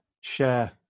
share